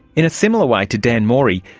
in a similar way to dan mori,